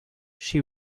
she